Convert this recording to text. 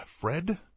Fred